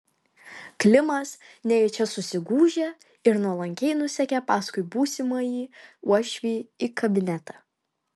klimas nejučia susigūžė ir nuolankiai nusekė paskui būsimąjį uošvį į kabinetą